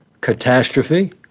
catastrophe